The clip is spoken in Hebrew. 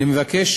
אני מבקש